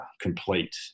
complete